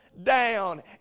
Down